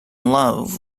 love